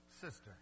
sister